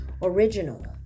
Original